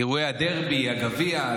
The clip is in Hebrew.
באירועי הדרבי, הגביע?